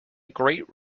great